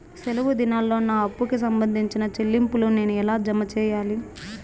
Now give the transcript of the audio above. సెలవు దినాల్లో నా అప్పుకి సంబంధించిన చెల్లింపులు నేను ఎలా జామ సెయ్యాలి?